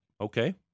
Okay